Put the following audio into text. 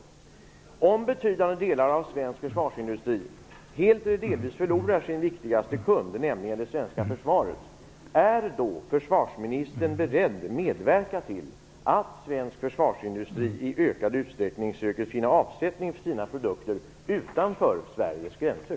Om betydande delar av svensk försvarsindustri helt eller delvis förlorar sin viktigaste kund, det svenska försvaret, är då försvarsministern beredd att medverka till att svensk försvarsindustri i ökad utsträckning söker finna avsättning för sina produkter utanför Sveriges gränser?